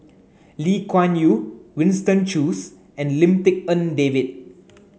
Lee Kuan Yew Winston Choos and Lim Tik En David